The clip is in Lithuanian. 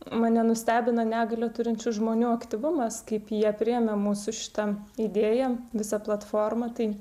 mane nustebino negalią turinčių žmonių aktyvumas kaip jie priėmė mūsų šitą idėją visą platformą tai